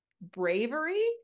bravery